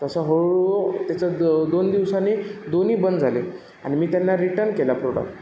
तसं हळूहळू त्याचं द दोन दिवसांनी दोन्ही बंद झाले आणि मी त्यांना रिटन केलं प्रोडक